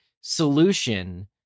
solution